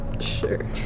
sure